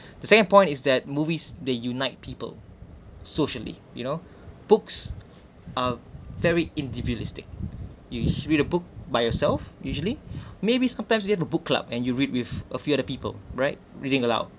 the same point is that movies they unite people socially you know books are very individualistic you read a book by yourself usually maybe sometimes you have a book club and you read with a few other people right reading aloud